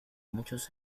muchos